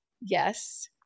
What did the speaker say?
Yes